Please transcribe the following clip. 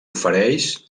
ofereix